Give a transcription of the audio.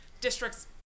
districts